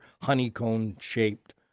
honeycomb-shaped